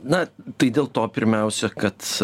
na tai dėl to pirmiausia kad